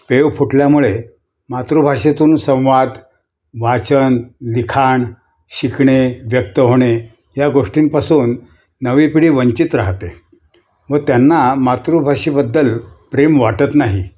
pave फुटल्यामुळे मातृभाषेतून संवाद वाचन लिखाण शिकणे व्यक्त होणे या गोष्टींपासून नवी पिढी वंचित राहते व त्यांना मातृभाषेबद्दल प्रेम वाटत नाही